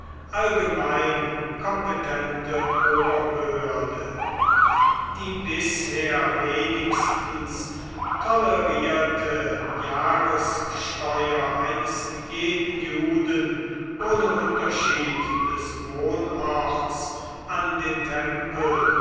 allgemein kompetente oberbehörde die bisher wenigstens tolerierte jahressteuer eines jeden juden ohne unterschied des wohnorts an den tempel